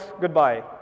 goodbye